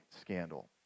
scandal